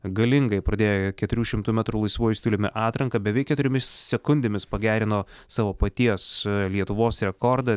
galingai pradėjo keturių šimtų metrų laisvuoju stiliumi atranką beveik keturiomis sekundėmis pagerino savo paties lietuvos rekordą